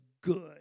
good